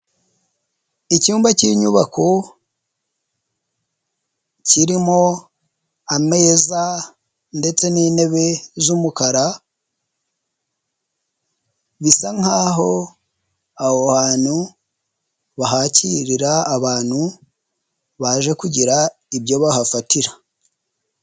Icyumba cy'inyubako, kirimo ameza ndetse n'intebe z'umukara, bisa nk'aho aho hantu bahakirira abantu baje kugira ibyo bahafatira.